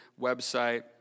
website